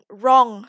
wrong